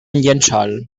llençol